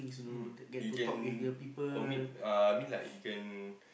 um you can commit uh I mean like you can